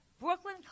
Brooklyn